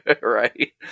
Right